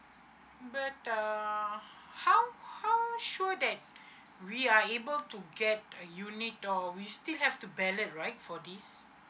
but uh how how sure that we are able to get a unit or we still have to ballot right for this